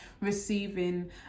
receiving